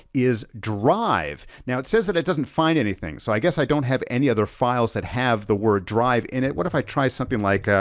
is drive. now it says that it doesn't find anything so i guess i don't have any other files that have the word drive in it. what if i try something like,